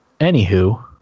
Anywho